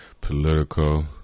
political